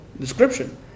description